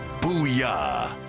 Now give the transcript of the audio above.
Booyah